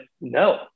no